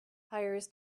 hires